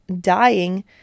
dying